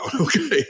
Okay